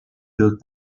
built